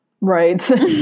right